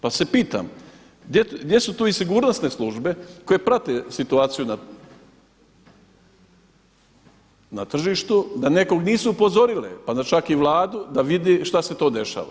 Pa se pitam gdje su tu i sigurnosne službe koje prate situaciju na tržištu da nekog nisu upozorile pa čak i Vladu da vidi šta se to dešava.